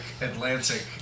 Atlantic